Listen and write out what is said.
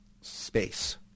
space